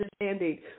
understanding